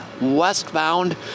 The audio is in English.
westbound